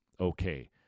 Okay